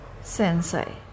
sensei